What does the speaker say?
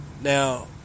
Now